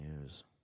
news